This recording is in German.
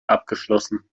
abgeschlossen